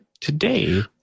today